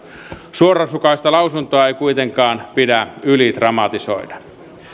suorasukaista lausuntoa ei kuitenkaan pidä ylidramatisoida